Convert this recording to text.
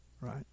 right